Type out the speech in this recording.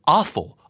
Awful